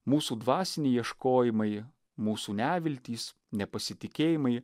mūsų dvasiniai ieškojimai mūsų neviltys nepasitikėjimai